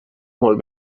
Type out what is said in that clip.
molt